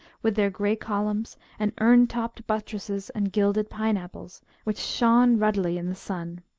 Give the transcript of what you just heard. with their grey columns and urn-topped buttresses and gilded pineapples, which shone ruddily in the sun.